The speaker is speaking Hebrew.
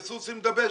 זה סוס עם דבשת.